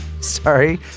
Sorry